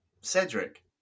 Cedric